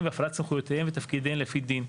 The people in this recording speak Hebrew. בהפעלת סמכויותיהם ותפקידיהם לפי דין.